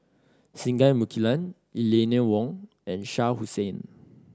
Singai Mukilan Eleanor Wong and Shah Hussain